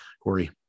Corey